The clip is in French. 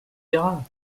verra